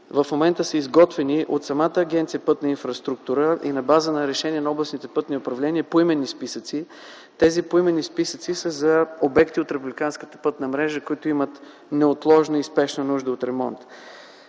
В момента са изготвени от самата Агенция „Пътна инфраструктура” и на база на решение на областните пътни управления поименни списъци. Тези поименни списъци са за обекти от републиканската пътна мрежа, които имат неотложна и спешна нужда от ремонт.